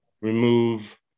remove